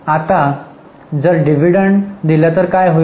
आता जर डिव्हिडंड दिले तर काय होईल